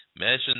Imagine